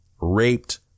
raped